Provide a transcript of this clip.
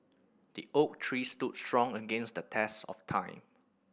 the oak tree stood strong against the test of time